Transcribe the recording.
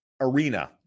arena